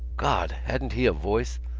god! hadn't he a voice!